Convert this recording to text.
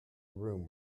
room